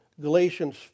Galatians